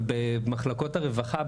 אבל במחלקות הרווחה,